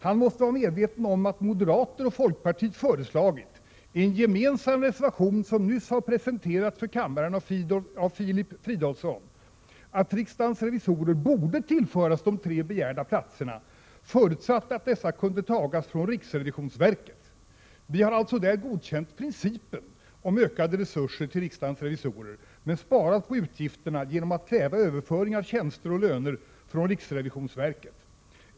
Han måste vara medveten om att moderater och folkpartister i en gemensam reservation, som nyss har presenterats för kammaren av Filip Fridolfsson, föreslagit att riksdagens revisorer borde tillföras de tre begärda platserna, förutsatt att dessa kan tas från riksrevisionsverket. Där har vi alltså godkänt principen om ökade resurser till riksdagens revisorer men sparat på utgifterna genom att kräva överföringar av tjänster och löner från riksrevisionsverket.